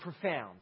profound